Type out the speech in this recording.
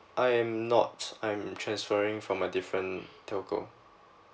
I'm not I'm transferring from a different telco